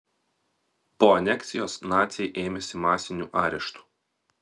po aneksijos naciai ėmėsi masinių areštų